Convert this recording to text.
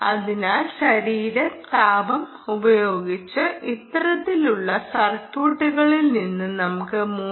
അതിനാൽ ശരീര താപം ഉപയോഗിച്ച് ഇത്തരത്തിലുള്ള സർക്യൂട്ടുകളിൽ നിന്ന് നമുക്ക് 3